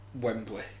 Wembley